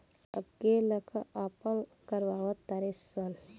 अब के लइका आपन करवा तारे सन